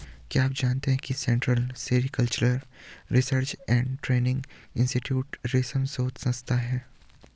क्या आप जानते है central sericultural research and training institute रेशम शोध संस्थान है?